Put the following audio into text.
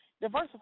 diversify